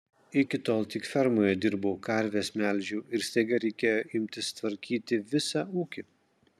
iki tol tik fermoje dirbau karves melžiau ir staiga reikėjo imtis tvarkyti visą ūkį